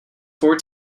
four